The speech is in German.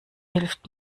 hilft